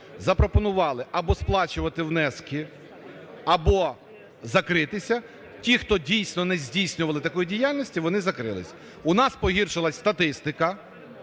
запропонували або сплачувати внески, або закритися, ті, хто дійсно не здійснювали такої діяльності, вони закрились.У нас погіршилась статистика.